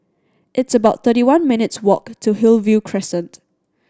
it's about thirty one minutes' walk to Hillview Crescent